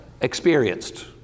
experienced